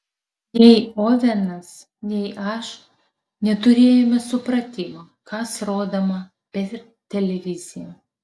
nei ovenas nei aš neturėjome supratimo kas rodoma per televiziją